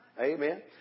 Amen